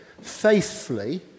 faithfully